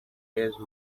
age